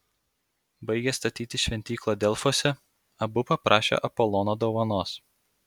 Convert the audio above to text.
baigę statyti šventyklą delfuose abu paprašė apolono dovanos